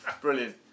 brilliant